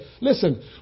listen